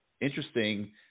interesting